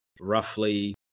roughly